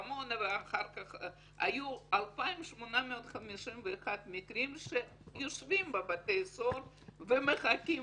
היו 2,851 מקרים שיושבים בבתי סוהר ומחכים